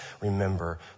remember